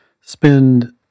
spend